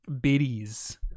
biddies